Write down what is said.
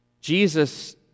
Jesus